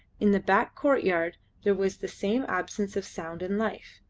in the back courtyard there was the same absence of sound and life.